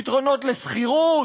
פתרונות לשכירות?